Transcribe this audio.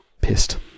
pissed